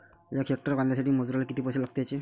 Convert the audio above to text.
यक हेक्टर कांद्यासाठी मजूराले किती पैसे द्याचे?